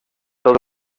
tot